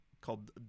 Called